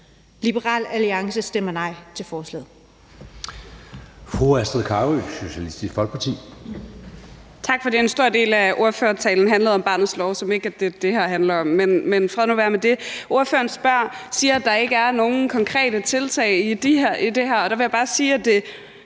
Liberal Alliance stemmer nej til forslaget.